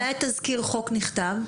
מתי תזכיר החוק נכתב?